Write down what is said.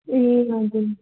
ए हजुर